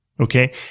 Okay